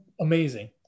amazing